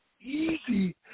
easy